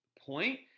point